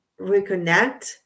reconnect